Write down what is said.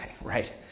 right